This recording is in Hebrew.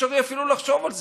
אפשרי אפילו לחשוב על זה.